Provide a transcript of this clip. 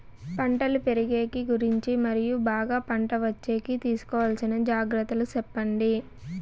పంటలు పెరిగేకి గురించి మరియు బాగా పంట వచ్చేకి తీసుకోవాల్సిన జాగ్రత్త లు సెప్పండి?